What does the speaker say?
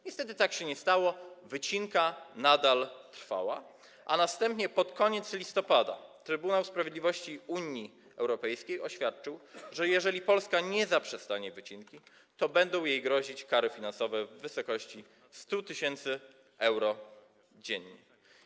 Niestety tak się nie stało, wycinka nadal trwała, a następnie pod koniec listopada Trybunał Sprawiedliwości Unii Europejskiej oświadczył, że jeżeli Polska nie zaprzestanie wycinki, to będą jej grozić kary finansowe w wysokości 100 tys. euro dziennie.